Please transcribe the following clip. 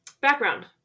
background